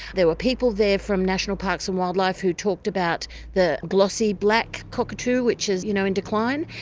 there were people there from national parks and wildlife who talked about the glossy black cockatoo which is you know in decline.